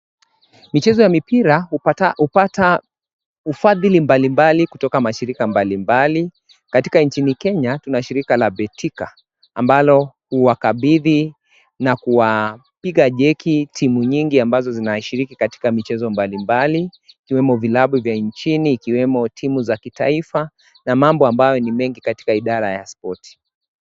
Michezo ya mipira hupata ufadhili mbalimbali, kutoka mashirika mbalimbali, katika nchini Kenya kuna shirika la Betika ambalo huwakabithi na kuwapiga jeki timu nyingi ambazo zinaashiria katika michezo mbalimbali, ikiwemo vilabu vya nchini, ikiwemo timu za kitaifa, na mambo ambayo ni mengi katika idara ya spoti.